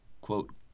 quote